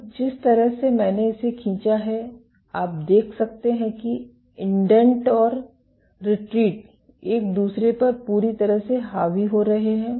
तो जिस तरह से मैंने इसे खींचा है आप देख सकते हैं कि इंडेंट और रिट्रीट एक दूसरे पर पूरी तरह से हावी हो रहे हैं